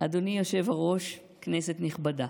אדוני היושב-ראש, כנסת נכבדה,